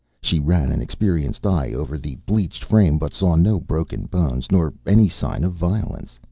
she ran an experienced eye over the bleached frame, but saw no broken bones nor any sign of violence.